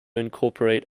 incorporate